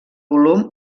volum